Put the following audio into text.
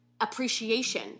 appreciation